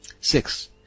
six